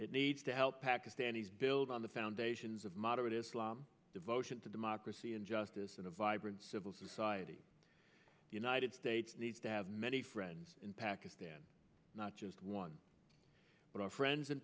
it needs to help pakistanis build on the foundations of moderate islam devotion to democracy and justice and a vibrant civil society united states needs to have many friends in pakistan not just one but our friends in